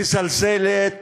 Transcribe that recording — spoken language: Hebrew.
מזלזלת